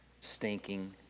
stinking